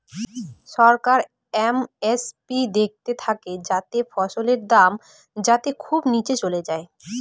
সরকার MSP দেখতে থাকে যাতে ফসলের দাম যাতে খুব নীচে চলে যায়